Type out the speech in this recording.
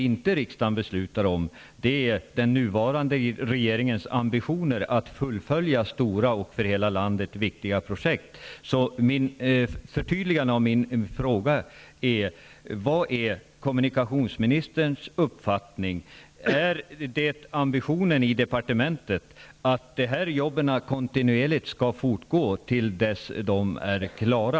Men det som riksdagen inte fattar beslut om är den nuvarande regeringens ambitioner att fullfölja stora och för hela landet viktiga projekt. Jag skall förtydliga min fråga: Vad är kommunikationsministerns uppfattning? Är ambitionen i departementet att dessa jobb skall fortgå kontinuerligt tills de är klara?